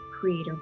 Creator